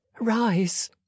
rise